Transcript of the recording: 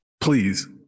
please